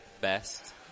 best